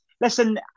listen